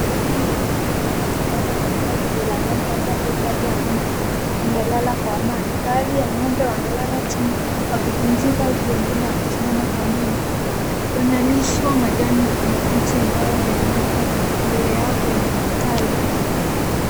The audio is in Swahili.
Hali ya utulivu inatawala katika zizi la ng'ombe, ambapo idadi ya ng'ombe imelala kwa amani. Baadhi ya ng'ombe wamelala chini wakipumzika huku wengine wakisimama kwa nyuma. Wanalishwa majani mabichi ambayo yamewekwa mbele yao kwenye kitalu.